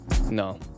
No